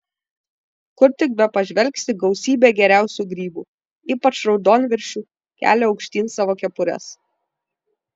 kur tik bepažvelgsi gausybė geriausių grybų ypač raudonviršių kelia aukštyn savo kepures